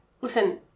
listen